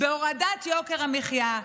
בהורדת יוקר המחיה,